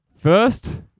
First